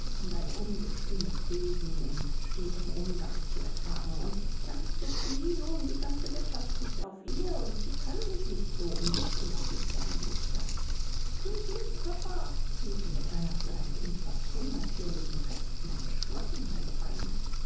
um dein ungestümes wesen in stetem umgang zu ertragen und tante sophie nun die ganze wirtschaft liegt auf ihr und sie kann sich nicht so um dich kümmern wie es sein müßte thue es nicht papa fiel sie mit einer für ein kind fast unnatürlichen festen entschlossenheit ein